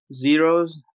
zeros